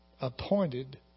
appointed